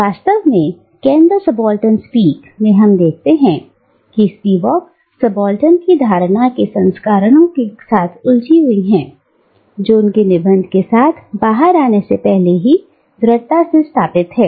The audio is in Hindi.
वास्तव में कैन द सबाल्टर्न स्पीक में हम देखते हैं कि स्पिवाक सबाल्टर्न की अवधारणा के संस्करणों के साथ उलझी हुई हैं जो उनके निबंध के साथ बाहर आने से पहले ही दृढ़ता से स्थापित है